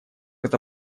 это